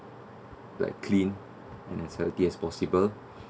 like clean and as healthy as possible